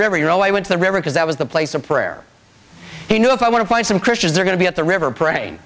river you know i went to the river because that was the place of prayer he knew if i want to find some christians are going to be at the river pra